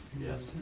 Yes